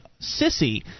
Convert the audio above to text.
Sissy